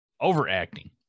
overacting